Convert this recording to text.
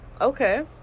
Okay